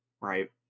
right